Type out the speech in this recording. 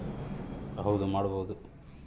cargo ಸಾಗಣೆಗೂ ಕೂಡ ದುಡ್ಡು ನಿಗದಿ ಮಾಡ್ತರ